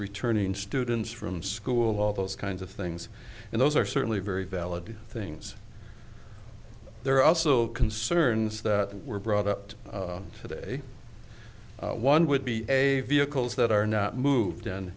returning students from school all those kinds of things and those are certainly very valid things there are also concerns that were brought up to today one would be a vehicles that are not moved